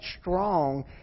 strong